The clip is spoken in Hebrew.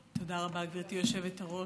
תודה רבה, גברתי היושבת-ראש.